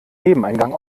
nebeneingang